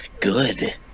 good